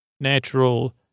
natural